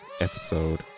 Episode